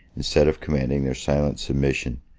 instead of commanding their silent submission,